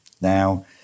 Now